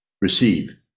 receive